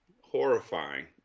horrifying